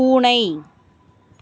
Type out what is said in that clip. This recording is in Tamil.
பூனை